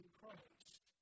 Christ